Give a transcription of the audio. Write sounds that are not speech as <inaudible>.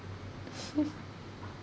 <laughs>